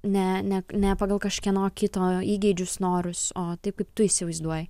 ne ne ne pagal kažkieno kito įgeidžius norus o taip kaip tu įsivaizduoji